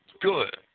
good